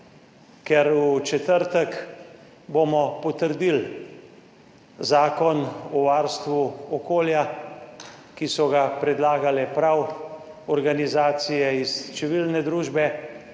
bomo v četrtek potrdili Zakon o varstvu okolja, ki so ga predlagale prav organizacije iz civilne družbe,